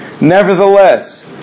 Nevertheless